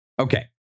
okay